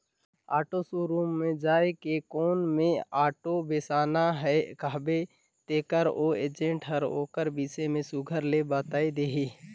auto showroom म जाए के लोन में आॅटो बेसाना अहे कहबे तेकर ओ एजेंट हर ओकर बिसे में सुग्घर ले बताए देथे